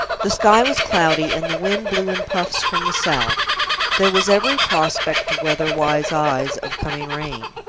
the sky was cloudy and the wind blew in puffs from the south there was every prospect, to weather-wise eyes, of coming rain.